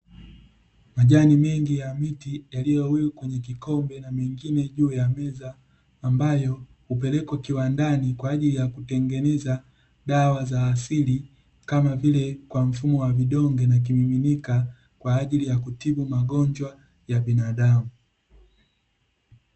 Majani mengi ya miti yaliyowekwa kwenye kikombe na mengine juu ya meza, ambayo hupelekwa kiwandani kwa ajili ya kutengeneza dawa za asili, kama vile kwa mfumo wa vidonge na kimiminika, kwa ajili ya kutibu magonjwa ya binadamu.